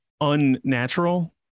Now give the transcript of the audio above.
unnatural